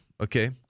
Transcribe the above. okay